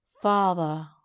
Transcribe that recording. Father